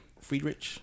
Friedrich